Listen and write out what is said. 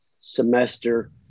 semester